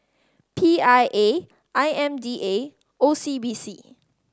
P I A I M D A and O C B C